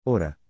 Ora